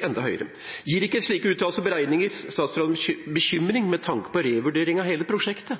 enda høyere. Gir ikke slike beregninger statsråden bekymring med tanke på revurdering av hele prosjektet?